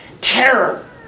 terror